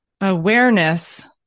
awareness